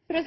flere